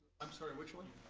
i'm sorry, which one?